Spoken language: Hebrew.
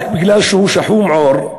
רק כי הוא שחום עור,